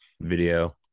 video